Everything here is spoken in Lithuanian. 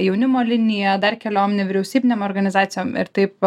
jaunimo linija dar keliom nevyriausybinėm organizacijom ir taip